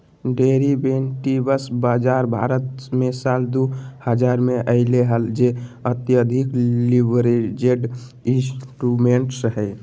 derivatives बाजार भारत मे साल दु हजार मे अइले हल जे अत्यधिक लीवरेज्ड इंस्ट्रूमेंट्स हइ